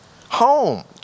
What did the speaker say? Home